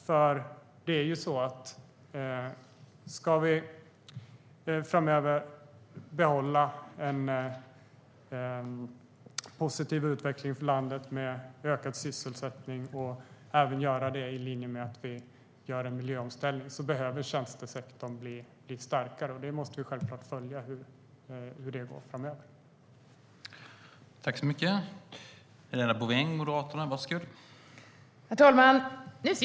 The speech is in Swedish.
Om vi i framtiden ska behålla en positiv utveckling för landet med ökad sysselsättning och även göra det i linje med att vi gör en miljöomställning behöver tjänstesektorn bli lite starkare. Vi måste självfallet följa hur det går framöver.